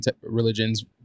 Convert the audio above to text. religions